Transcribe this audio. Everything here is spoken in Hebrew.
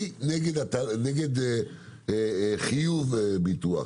אני נגד חיוב ביטוח,